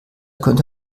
könnte